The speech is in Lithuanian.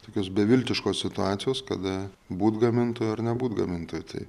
tokios beviltiškos situacijos kada būt gamintoju ar nebūt gamintoju tai